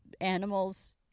animals